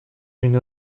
une